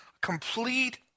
complete